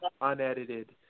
unedited